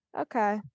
okay